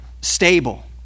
stable